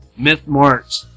mythmarks